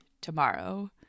tomorrow